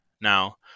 Now